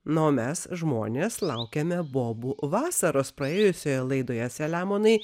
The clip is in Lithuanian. na o mes žmonės laukiame bobų vasaros praėjusioje laidoje saliamonai